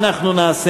מה אנחנו נעשה,